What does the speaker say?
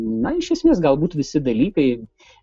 na iš esmės galbūt visi dalykai